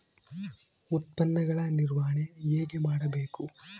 ಉತ್ಪನ್ನಗಳ ನಿರ್ವಹಣೆ ಹೇಗೆ ಮಾಡಬೇಕು?